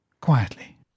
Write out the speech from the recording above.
quietly